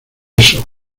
eso